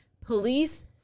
police